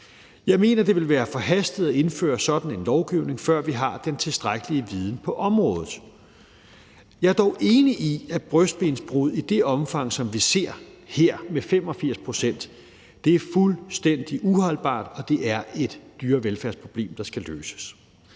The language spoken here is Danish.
Jeg mener, det vil være forhastet at indføre sådan en lovgivning, før vi har den tilstrækkelige viden på området. Jeg er dog enig i, at brystbensbrud i det omfang, som vi ser her med 85 pct. af hønerne, er fuldstændig uholdbart, og det er et dyrevelfærdsproblem, der skal løses.